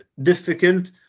difficult